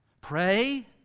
Pray